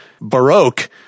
Baroque